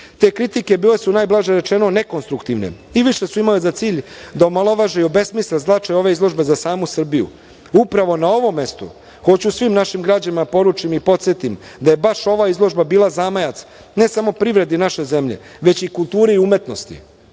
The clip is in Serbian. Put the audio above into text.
Te kritike bile su najblaže rečeno nekonstruktivne i više su imale za cilj da omalovaže i obesmisle značaj ove izložbe za samu Srbiju. Upravo na ovom mestu hoću svim našim građanima da poručim i podsetim da je baš ova izložba bila zamajac, ne samo privredi naše zemlje, već i kulture i umetnosti.